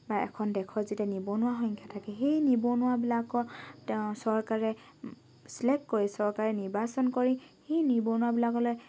বা এখন দেশত যেতিয়া নিবনুৱা সংখ্যা থাকে সেই নিবনুৱাবিলাকক চৰকাৰে চিলেক্ট কৰি চৰকাৰে নিৰ্বাচন কৰি সেই নিবনুৱাবিলাকলৈ